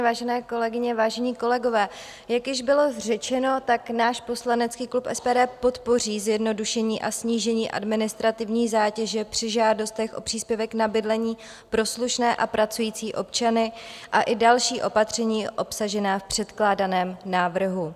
Vážené kolegyně, vážení kolegové, jak již bylo řečeno, tak náš poslanecký klub SPD podpoří zjednodušení a snížení administrativní zátěže při žádostech o příspěvek na bydlení pro slušné a pracující občany a i další opatření obsažená v předkládaném návrhu.